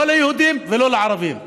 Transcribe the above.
לא ליהודים ולא לערבים.